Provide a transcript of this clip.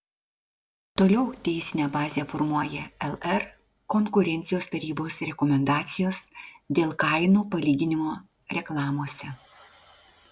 toliau teisinę bazę formuoja lr konkurencijos tarybos rekomendacijos dėl kainų palyginimo reklamose